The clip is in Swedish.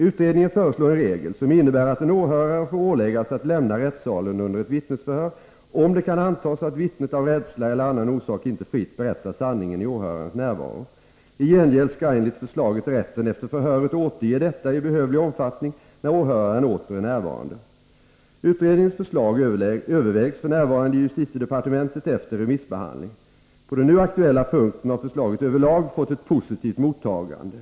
Utredningen föreslår en regel som innebär att en åhörare får åläggas att lämna rättssalen under ett vittnesförhör, om det kan antas att vittnet av rädsla eller annan orsak inte fritt berättar sanningen i åhörarens närvaro. I gengäld skall enligt förslaget rätten efter förhöret återge detta i behövlig omfattning när åhöraren åter är närvarande. Utredningens förslag övervägs f.n. i justitiedepartementet efter remissbehandling. På den nu aktuella punkten har förslaget överlag fått ett positivt mottagande.